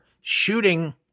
shooting